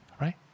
right